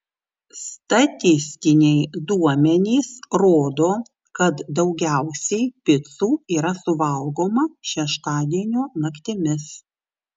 statistiniai duomenys rodo kad daugiausiai picų yra suvalgomą šeštadienio naktimis